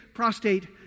prostate